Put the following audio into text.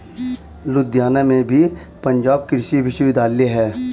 लुधियाना में भी पंजाब कृषि विश्वविद्यालय है